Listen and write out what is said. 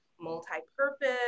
multi-purpose